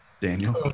Daniel